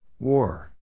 War